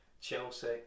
Chelsea